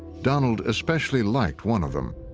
donald especially liked one of them.